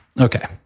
Okay